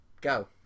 Go